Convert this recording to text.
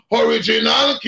original